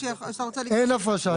אתה אומר שאתה רוצה לבדוק את זה.